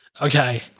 Okay